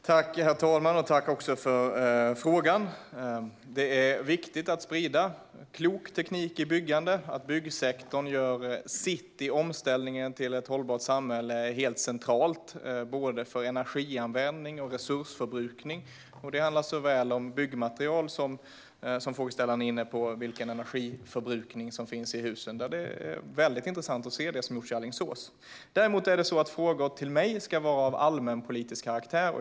Herr talman! Jag tackar för frågan. Det är viktigt att sprida klok teknik för byggande. Att byggsektorn gör sitt i omställningen till ett hållbart samhälle är helt centralt, både för energianvändning och för resursförbrukning. Det handlar om såväl byggmaterial som - som frågeställaren är inne på - husens energiförbrukning. Det som gjorts i Alingsås är väldigt intressant att se. Frågor till mig ska dock vara av allmänpolitisk karaktär.